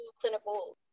clinical